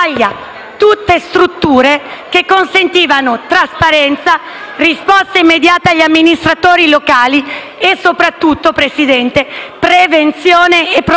tutte strutture che consentivano trasparenza, risposte immediate agli amministratori locali e, soprattutto, Presidente, prevenzione e programmazione,